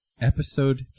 Episode